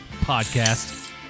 podcast